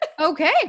Okay